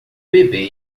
bebê